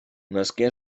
nasqué